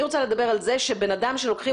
אני רוצה לדבר על זה שבן אדם שלוקחים